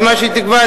ומה שתקבע,